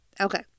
Okay